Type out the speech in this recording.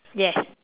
yes